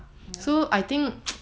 ya